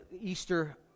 Easter